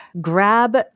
grab